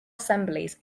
assemblies